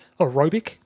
aerobic